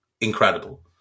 incredible